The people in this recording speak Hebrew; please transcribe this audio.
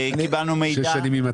קיבלנו מידע --- שש שנים ממתי?